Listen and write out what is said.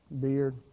beard